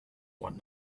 one